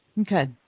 Okay